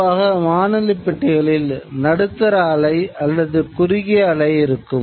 பொதுவாக வானொலிப் பெட்டிகளில் நடுத்தர அலை அல்லது குறுகிய அலை இருக்கும்